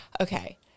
Okay